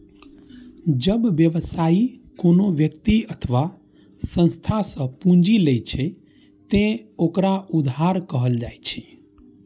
जब व्यवसायी कोनो व्यक्ति अथवा संस्था सं पूंजी लै छै, ते ओकरा उधार कहल जाइ छै